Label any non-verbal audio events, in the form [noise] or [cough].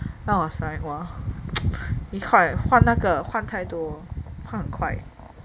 so I was like !wah! [noise] 一换换那个换太多换很快